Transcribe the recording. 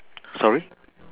sorry